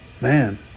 man